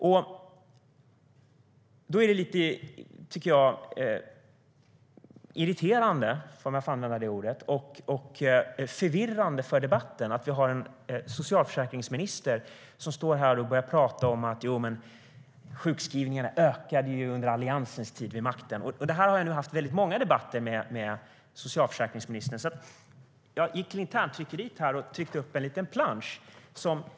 Jag tycker att det är lite irriterande - om jag får använda det ordet - och förvirrande för debatten att vi har en socialförsäkringsminister som står här och pratar om att sjukskrivningarna ökade under Alliansens tid vid makten. Det har återkommit i många debatter som jag haft med socialförsäkringsministern, så jag gick till interntryckeriet och tryckte upp en liten plansch, som jag har här.